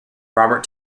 robert